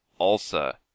ALSA